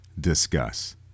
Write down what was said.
discuss